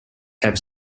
have